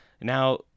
Now